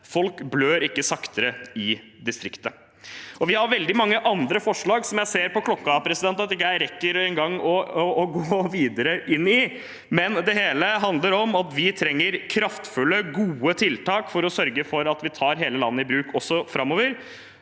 folk blør ikke saktere i distriktene. Vi har veldig mange andre forslag også, som jeg ser på klokken at jeg ikke rekker å gå videre inn i, men det hele handler om at vi trenger kraftfulle, gode tiltak for å sørge for at vi tar hele landet i bruk, også framover.